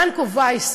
"ברנקו וייס,